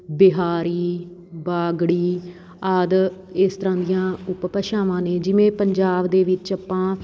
ਬਿਹਾਰੀ ਬਾਗੜੀ ਆਦਿ ਇਸ ਤਰ੍ਹਾਂ ਦੀਆਂ ਉਪਭਾਸ਼ਾਵਾਂ ਨੇ ਜਿਵੇਂ ਪੰਜਾਬ ਦੇ ਵਿੱਚ ਆਪਾਂ